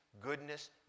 goodness